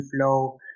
flow